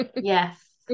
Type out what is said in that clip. Yes